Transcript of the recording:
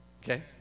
Okay